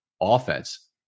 offense